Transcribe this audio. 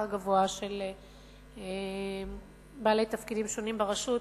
הגבוה של בעלי תפקידים שונים ברשות,